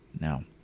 No